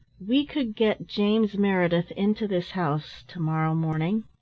we could get james meredith into this house to-morrow morning,